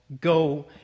go